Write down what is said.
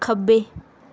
ਖੱਬੇ